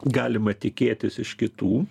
galima tikėtis iš kitų